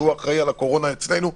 שהוא אחראי על הקורונה אצלנו,